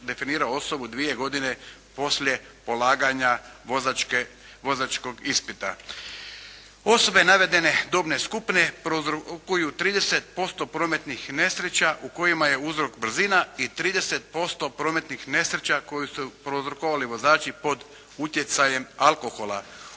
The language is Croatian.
definirao osobu dvije godine poslije polaganja vozačkog ispita. Osobe navedene dobne skupine prouzrokuju 30% prometnih nesreća u kojima je uzrok brzina i 30% prometnih nesreća koje su prouzrokovali vozači pod utjecajem alkohola.